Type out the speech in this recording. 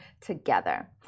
together